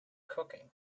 cooking